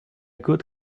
good